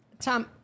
Tom